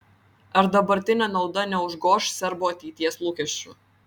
ar dabartinė nauda neužgoš serbų ateities lūkesčių